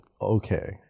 okay